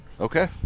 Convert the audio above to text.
Okay